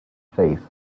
face